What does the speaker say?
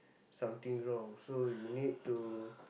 something wrong so you need to